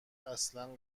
اصلا